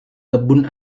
kebun